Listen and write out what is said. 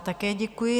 Také děkuji.